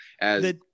as-